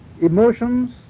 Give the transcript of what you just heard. emotions